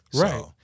Right